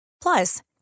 Plus